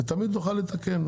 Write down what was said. ותמיד נוכל לתקן,